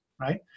right